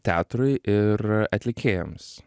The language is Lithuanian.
teatrui ir atlikėjams